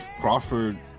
Crawford